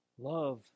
Love